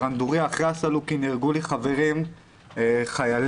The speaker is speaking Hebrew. בסלוקי נהרגו לי חברים חיילים.